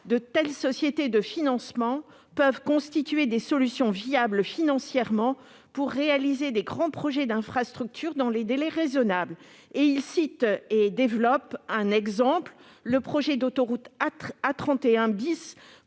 De telles sociétés de financement peuvent constituer des solutions viables financièrement pour réaliser de grands projets d'infrastructures dans des délais raisonnables. À titre d'exemple, M. Jacquin cite le projet d'autoroute A31 ,